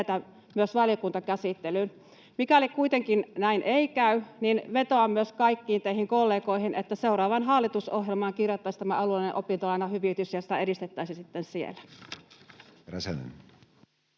ehtisi edetä myös valiokuntakäsittelyyn. Mikäli kuitenkaan näin ei käy, vetoan myös kaikkiin teihin kollegoihin, että seuraavaan hallitusohjelmaan kirjattaisiin tämä alueellinen opintolainahyvitys ja sitä edistettäisiin sitten siellä.